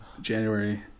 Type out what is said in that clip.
January